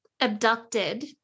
abducted